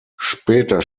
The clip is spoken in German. später